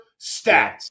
stats